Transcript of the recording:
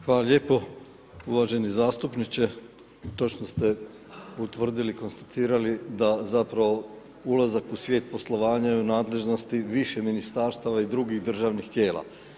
Hvala lijepo uvaženi zastupniče, to što ste utvrdili konstatirali, da zapravo ulazak u svijet poslovanja je u nadležnosti više ministarstava i drugih državnih tijela.